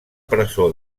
presó